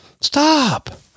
Stop